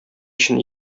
өчен